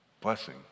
blessing